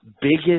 biggest